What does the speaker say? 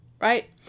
right